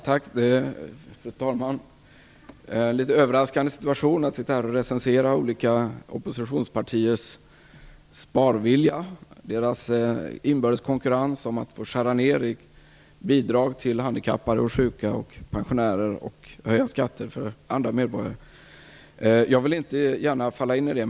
Fru talman! Det är en litet överraskande situation att här recensera olika oppositionspartiers sparvilja, deras inbördes konkurrens om att få skära ned i bidrag till handikappade, sjuka och pensionärer samt höja skatter för andra medborgare. Jag vill inte gärna falla in i detta.